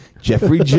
Jeffrey